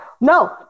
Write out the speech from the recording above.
no